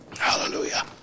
hallelujah